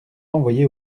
envoyé